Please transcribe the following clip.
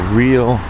real